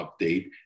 update